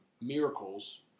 miracles